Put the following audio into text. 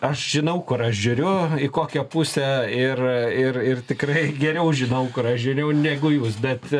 aš žinau kur aš žiūriu į kokią pusę ir ir ir tikrai geriau žinau kur aš žiūrėjau negu jūs bet